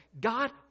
God